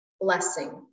blessing